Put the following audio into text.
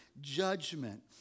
Judgment